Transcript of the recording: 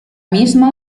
misma